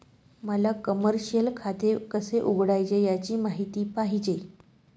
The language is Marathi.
मला कमर्शिअल खाते कसे उघडायचे याची माहिती पाहिजे